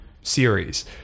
series